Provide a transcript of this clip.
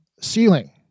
ceiling